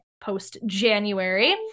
post-January